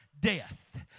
death